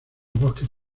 bosques